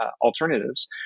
alternatives